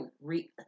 re